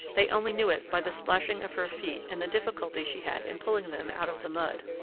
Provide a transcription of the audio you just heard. they only knew it by the splashing of her feet and the difficulty she had in pulling them out of the mud.